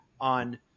on